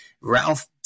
Ralph